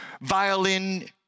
violin